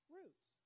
roots